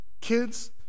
Kids